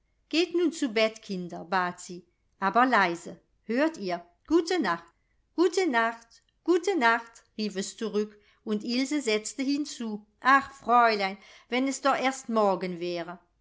geht nun zu bett kinder bat sie aber leise hört ihr gute nacht gute nacht gute nacht rief es zurück und ilse setzte hinzu ach fräulein wenn es doch erst morgen wäre